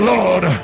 Lord